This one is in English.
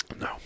No